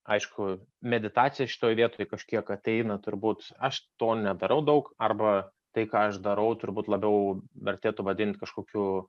aišku meditacija šitoj vietoj kažkiek ateina turbūt aš to nedarau daug arba tai ką aš darau turbūt labiau vertėtų vadint kažkokiu